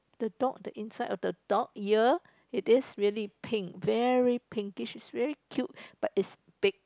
the dog the inside of the dog ear it is really pink very pinkish is very cute but is big